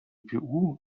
gpu